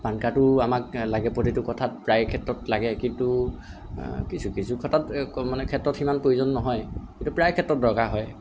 পানকাৰ্ডো আমাক লাগে প্ৰতিটো কথাত প্ৰায় ক্ষেত্ৰত লাগে কিন্তু কিছু কিছু ক্ষেত্ৰত মানে সিমান প্ৰয়োজন নহয় কিন্তু প্ৰায় ক্ষেত্ৰত দৰকাৰ হয়